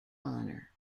honor